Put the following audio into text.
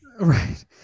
Right